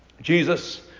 Jesus